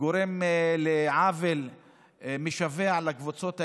גורם לעוול משווע לקבוצות האלה,